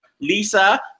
Lisa